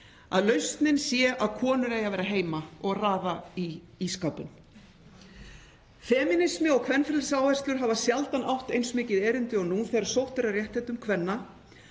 Að lausnin sé að konur eigi að vera heima og raða í ísskápinn. Femínismi og kvenfrelsisáherslur hafa sjaldan átt eins mikið erindi og nú þegar sótt er að réttindum kvenna.